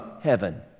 heaven